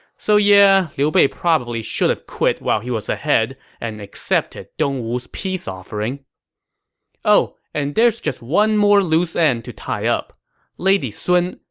so yeah, liu bei probably should've quit while he was ahead and accepted dongwu's peace offering oh, and there's one more loose end to tie up lady sun,